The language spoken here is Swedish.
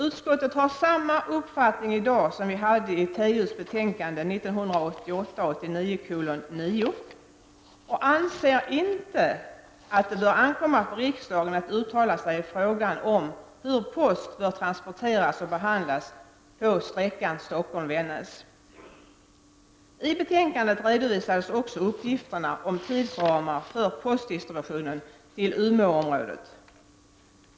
Utskottet har samma uppfattning i dag som vi hade i trafikutskottets betänkande 1988/89:9 och anser inte att det bör ankomma på riksdagen att uttala sig i fråga om hur post bör transporteras och behandlas på sträckan Stockholm-Vännäs. I betänkandet redovisades också uppgifterna om tidsramar för postdistributionen till Umeåområdet.